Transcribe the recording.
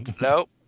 nope